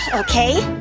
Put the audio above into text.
okay?